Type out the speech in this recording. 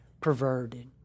perverted